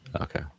Okay